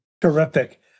Terrific